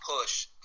push